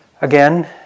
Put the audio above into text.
Again